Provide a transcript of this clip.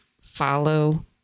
follow